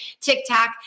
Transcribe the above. TikTok